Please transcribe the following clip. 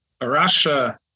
Russia